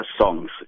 songs